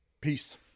Peace